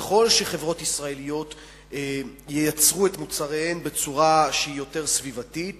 ככל שחברות ישראליות ייצרו את מוצריהן בצורה שהיא יותר סביבתית